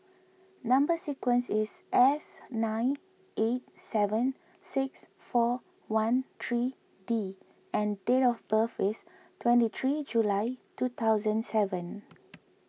Number Sequence is S nine eight seven six four one three D and date of birth is twenty three July two thousand seven